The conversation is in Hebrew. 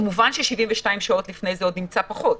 כמובן ש-72 שעות לפני זה עוד נמצא פחות